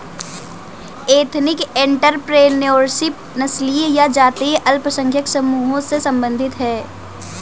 ethnic entrepreneurship नस्लीय या जातीय अल्पसंख्यक समूहों से संबंधित हैं